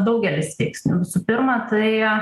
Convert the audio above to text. daugelis veiksnių visų pirma tai